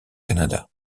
canada